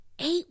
Eight